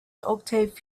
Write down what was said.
octave